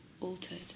altered